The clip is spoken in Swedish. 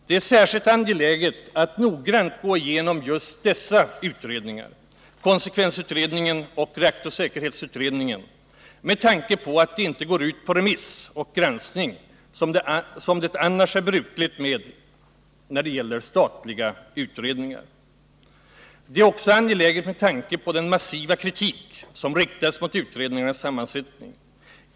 Det är särskilt angeläget att noggrant gå igenom just konsekvensutredningen och reaktorsäkerhetsutredningen med tanke på att de inte går ut på remiss och granskning, något som annars är brukligt i fråga om statliga utredningar. Detta är också angeläget med tanke på den massiva kritik som riktats mot utredningarnas sammansättning.